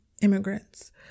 immigrants